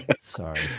Sorry